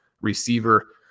receiver